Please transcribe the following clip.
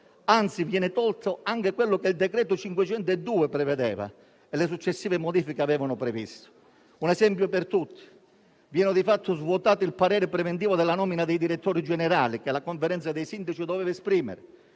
Anzi, viene tolto anche quello che il decreto legislativo n. 502 del 1992 e le successive modifiche avevano previsto. Un esempio per tutti: viene di fatto svuotato il parere preventivo nella nomina dei direttori generali che la Conferenza dei sindaci doveva esprimere.